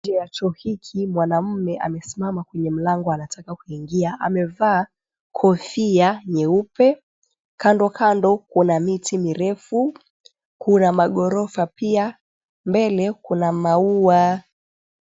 Nje ya choo hiki mwanamme amesimama kwenye mlango anataka kuingia. Amevaa kofia nyeupe, kandokando kuna miti mirefu, kuna magorofa pia, mbele kuna maua.